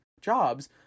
jobs